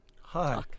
Hi